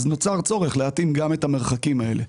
נוצר צורך להתאים גם את המרחקים הללו.